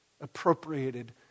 appropriated